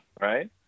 right